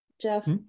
Jeff